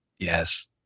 Yes